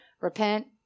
repent